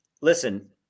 listen